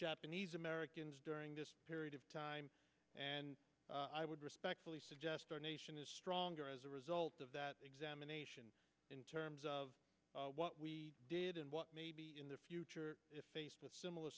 japanese americans during this period of time and i would respectfully suggest our nation is stronger as a result of that examination in terms of what we did and what may be in the future if faced with similar